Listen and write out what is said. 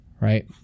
right